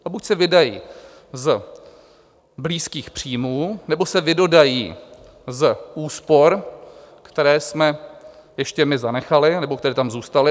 A buď se vydají z blízkých příjmů, nebo se vydodají z úspor, které jsme ještě my zanechali nebo které tam zůstaly.